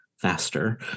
Faster